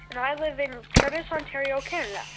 and i live in courice, ontario, canada.